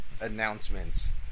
announcements